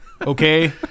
Okay